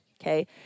Okay